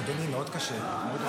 אדוני, קשה לי מאוד.